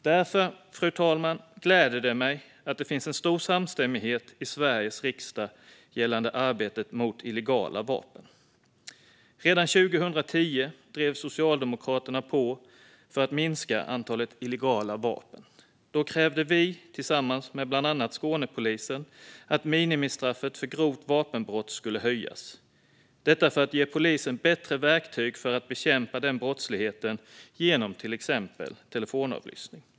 Därför, fru talman, gläder det mig att det finns en stor samstämmighet i Sveriges riksdag gällande arbetet mot illegala vapen. Redan 2010 drev Socialdemokraterna på för att minska antalet illegala vapen. Då krävde vi, tillsammans med bland annat Skånepolisen, att minimistraffet för grovt vapenbrott skulle höjas för att ge polisen bättre verktyg för att bekämpa denna brottslighet genom till exempel telefonavlyssning.